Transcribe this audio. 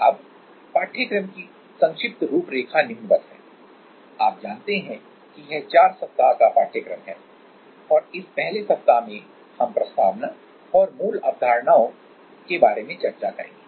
अब पाठ्यक्रम की संक्षिप्त रूपरेखा निम्नवत है आप जानते हैं कि यह 4 सप्ताह का पाठ्यक्रम है और इस पहले सप्ताह में हम प्रस्तावना और मूल अवधारणाओं के बारे में चर्चा करेंगे